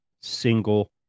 single